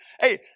Hey